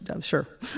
sure